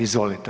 Izvolite.